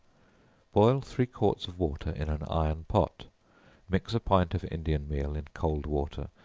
boil three quarts of water in an iron pot mix a pint of indian meal in cold water,